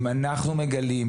אם אנחנו מגלים,